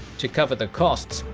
to cover the costs,